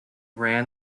ran